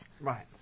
Right